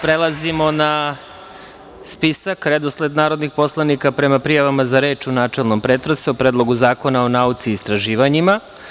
Prelazimo na spisak, redosled narodnih poslanika prema prijavama za reč u načelnom pretresu o Predlogu zakona o nauci i istraživanjima.